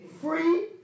Free